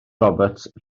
roberts